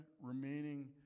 remaining